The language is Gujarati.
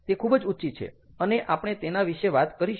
તે ખૂબ જ ઊંચી છે અને આપણે તેના વિશે વાત કરીશું